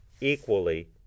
equally